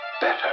better